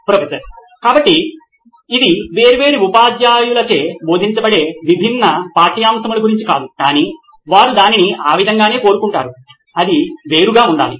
professor కాబట్టి ఇది వేర్వేరు ఉపాధ్యాయులచే బోధించబడే విభిన్న పాఠ్యాంశముల గురించి కాదు కానీ వారు దానిని ఆ విధంగానే కోరుకుంటారు అది వేరుగా ఉండాలి